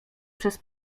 przez